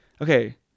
okay